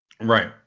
Right